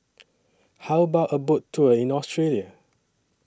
How about A Boat Tour in Australia